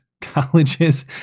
colleges